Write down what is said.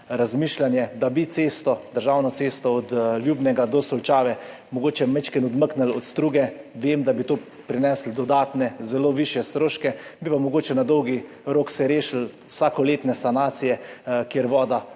da bi državno cesto od Ljubnega do Solčave mogoče malo odmaknili od struge? Vem, da bi to prineslo dodatne, zelo višje stroške, bi pa se mogoče na dolgi rok rešili vsakoletne sanacije, kjer voda